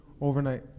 overnight